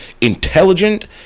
intelligent